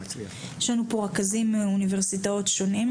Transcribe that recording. יש לנו פה רכזים מאוניברסיטאות שונות.